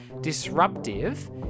disruptive